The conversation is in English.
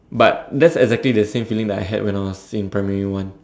but that's exactly the same feeling that I had when I was in primary one